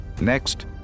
Next